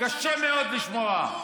קשה מאוד לשמוע.